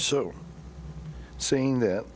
so seeing that